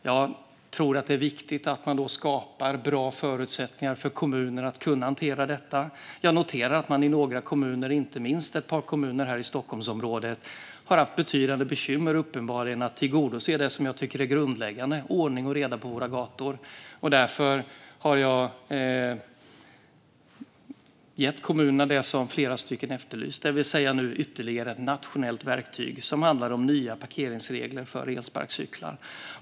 Jag tror att det då är viktigt att skapa bra förutsättningar för kommuner att hantera detta. Några kommuner, inte minst ett par kommuner här i Stockholmsområdet, har uppenbarligen haft betydande bekymmer med att tillgodose det som jag tycker är grundläggande: ordning och reda på våra gator. Därför har jag gett kommunerna det som flera stycken har efterlyst, det vill säga ytterligare ett nationellt verktyg: nya parkeringsregler för elsparkcyklar.